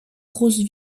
grosses